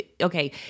okay